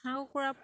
হাঁহ কুকুৰা